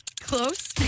Close